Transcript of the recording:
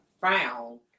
found